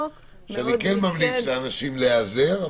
קודמת שאני כן ממליץ לאנשים להיעזר,